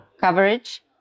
coverage